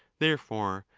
therefore,